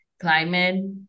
climate